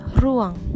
ruang